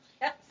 Yes